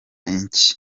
inshyi